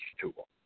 tool